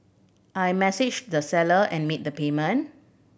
I messaged the seller and made the payment